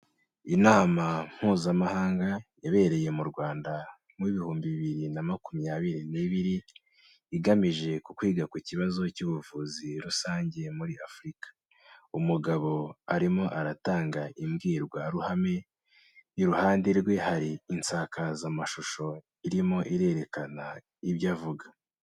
Inama mpuzamahanga yabereye mu Rwanda muw'ibihumbi bibiri na makumyabiri n'ibiri, igamije kwiga ku kibazo cy'ubuvuzi rusange muri Afurika. Umugabo arimo aratanga imbwirwaruhame, iruhande rwe hari insakazamashusho irimo irerekana ibyo avuga.